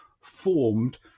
formed